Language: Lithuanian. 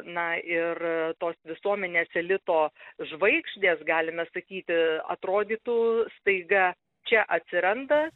na ir tos visuomenės elito žvaigždės galime sakyti atrodytų staiga čia atsiranda